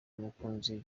mukunzi